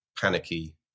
panicky